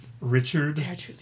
Richard